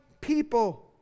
people